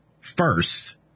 first